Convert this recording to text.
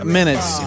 minutes